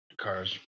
cars